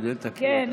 כדי לתקן אותך.